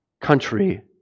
country